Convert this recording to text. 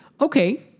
Okay